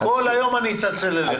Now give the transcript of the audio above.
כל היום אני אצלצל אליך.